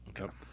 Okay